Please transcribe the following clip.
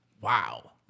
Wow